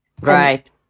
right